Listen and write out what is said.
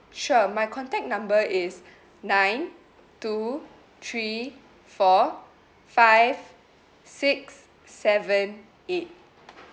sure my contact number is nine two three four five six seven eight